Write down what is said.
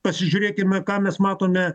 pasižiūrėkime ką mes matome